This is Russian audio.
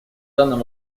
данном